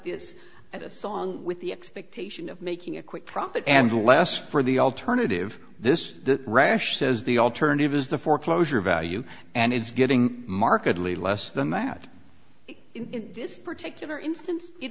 it's at a song with the expectation of making a quick profit and less for the alternative this rash says the alternative is the foreclosure value and it's getting markedly less than that in this particular instance it